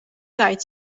tijd